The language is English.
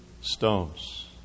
stones